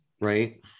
right